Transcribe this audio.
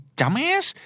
dumbass